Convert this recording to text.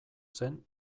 zen